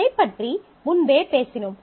இதைப் பற்றி முன்பே பேசினோம்